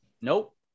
Nope